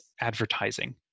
advertising